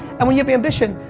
and when you have ambition,